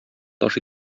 таш